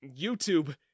YouTube